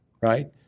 right